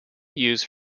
used